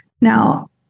Now